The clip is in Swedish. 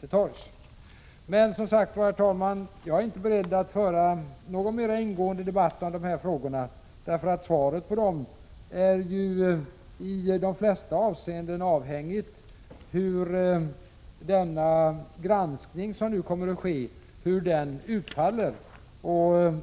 Herr talman! Jag är som sagt inte beredd att föra någon mera ingående debatt om dessa frågor. Svaret på dem är ju i de flesta avseenden avhängigt av hur den granskning som nu kommer att ske utfaller.